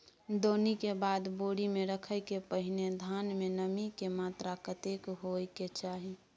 दौनी के बाद बोरी में रखय के पहिने धान में नमी के मात्रा कतेक होय के चाही?